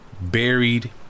Buried